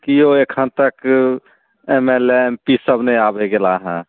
केओ एखन तक M L A M P सभ नहि आबै गेला हँ